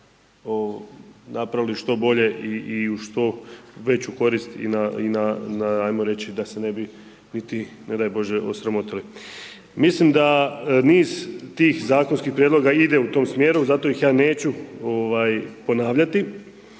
napravili što bolje i u što veću korist i na, i na ajmo reći da se ne bi niti ne daj bože osramotili. Mislim da niz tih zakonskih prijedloga ide u tom smjeru, zato ih ja neću ovaj ponavljati